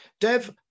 Dev